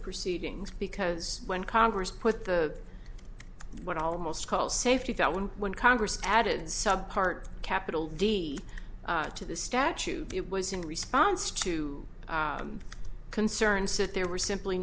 proceedings because when congress put the what almost call safety thought when when congress added sub part capital d to the statute it was in response to concerns that there were simply